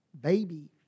baby